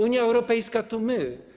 Unia Europejska to my.